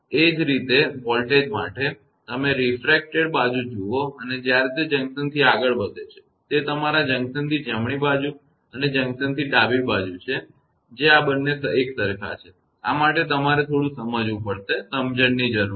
એ જ રીતે વોલ્ટેજ માટે પણ તમે રિફ્રેક્ટેડ બાજુ જુઓ અને જ્યારે તે જંકશનથી આગળ વધે છે તે તમારા જંકશનથી જમણી બાજુ અને જંકશનથી ડાબી બાજુ છે કે જે આ બંને એકસરખા છે આ માટે તમારે થોડું સમજવું પડશે સમજણની જરૂર છે